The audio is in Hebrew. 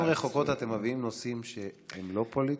לעיתים רחוקות אתם מביאים נושאים שהם לא פוליטיים,